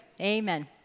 amen